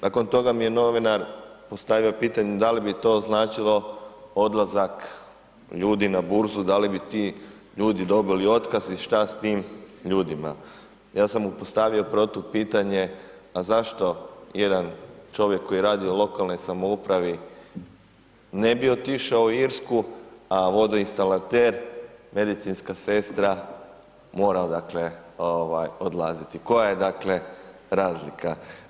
Nakon toga mi je novinar postavio pitanje da li bi to značilo odlazak ljudi na burzu, da li bi ti ljudi dobili otkaz i šta s tim ljudima, ja sam mu postavio protupitanje a zašto jedan čovjek koji radi u lokalnoj samoupravi ne bi otišao u Irsku a vodoinstalater, medicinska sestra mora odlaziti, koja je dakle razlika?